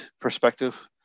perspective